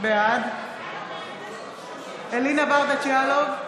בעד אלינה ברדץ' יאלוב,